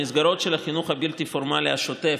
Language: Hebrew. המסגרות של החינוך הבלתי-פורמלי השוטף,